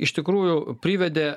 iš tikrųjų privedė